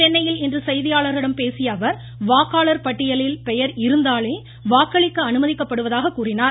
சென்னையில் இன்று செய்தியாளர்களிடம் பேசிய அவர் வாக்காளர் பட்டியலில் பெயர் இருந்தாலே வாக்களிக்க அனுமதிக்கப்படுவதாக கூறினார்